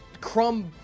crumb